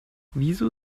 wieso